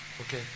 okay